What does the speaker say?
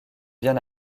bien